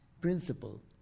principle